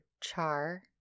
Char